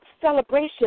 celebration